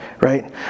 right